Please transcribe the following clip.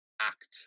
act